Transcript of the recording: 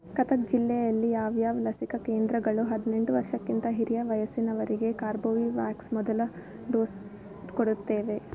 ಕಟಕ್ ಜಿಲ್ಲೆಯಲ್ಲಿ ಯಾವ್ಯಾವ ಲಸಿಕಾ ಕೇಂದ್ರಗಳು ಹದಿನೆಂಟು ವರ್ಷಕ್ಕಿಂತ ಹಿರಿಯ ವಯಸ್ಸಿನವರಿಗೆ ಕಾರ್ಬೊವಿವ್ಯಾಕ್ಸ್ ಮೊದಲ ಡೋಸ್ ಕೊಡುತ್ತವೆ